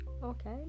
Okay